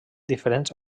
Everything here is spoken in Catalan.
diferents